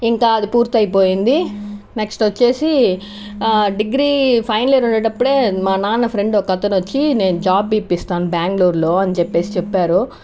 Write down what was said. ఇంకా అది పూర్తి అయిపోయింది నెక్స్ట్ వచ్చి డిగ్రీ ఫైనల్ ఇయర్ ఉండేటప్పుడు మా నాన్న ఫ్రెండ్ ఒక అతను వచ్చి నేను జాబ్ ఇప్పిస్తాను బ్యాంగ్లూరులో అని చెప్పి చెప్పారు